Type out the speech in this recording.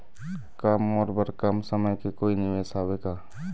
का मोर बर कम समय के कोई निवेश हावे का?